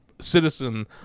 citizen